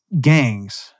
gangs